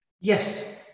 Yes